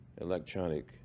electronic